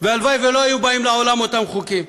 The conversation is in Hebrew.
והלוואי שלא היו באים לעולם אותם חוקים.